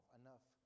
enough